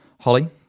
Holly